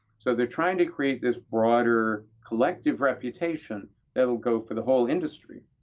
so they're trying to create this broader collective reputation that'll go for the whole industry.